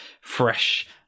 fresh